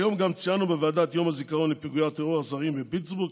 היום גם ציינו בוועדה את יום הזיכרון לפיגועי הטרור האכזריים בפיטסבורג,